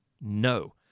no